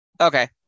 Okay